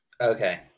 okay